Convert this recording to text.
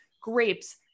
grapes